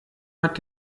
hat